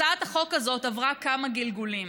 הצעת החוק הזאת עברה כמה גלגולים.